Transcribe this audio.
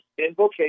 invocation